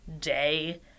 day